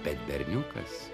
bet berniukas